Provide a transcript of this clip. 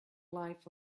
life